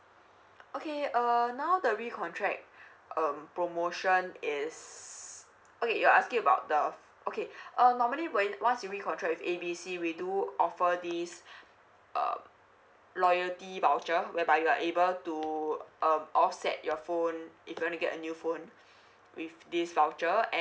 okay uh now the recontract um promotion is okay you are asking about the okay uh normally when it once you recontract with A B C we do offer this uh loyalty voucher whereby you are able to um offset your phone if you want to get a new phone with this voucher